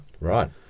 Right